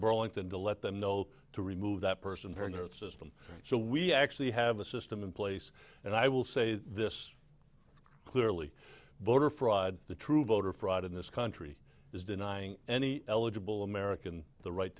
burlington to let them know to remove that person for a new system so we actually have a system in place and i will say this clearly voter fraud the true voter fraud in this country is denying any eligible american the right